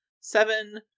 seven